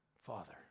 Father